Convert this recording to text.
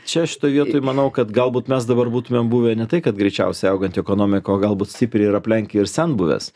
čia šitoj vietoj manau kad galbūt mes dabar būtumėm buvę ne tai kad greičiausiai auganti ekonomika o galbūt stipriai ir aplenkę ir senbuves